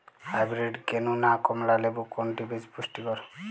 Hybrid কেনু না কমলা লেবু কোনটি বেশি পুষ্টিকর?